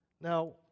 Now